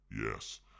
yes